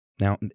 Now